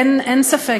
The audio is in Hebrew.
אין ספק,